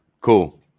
Cool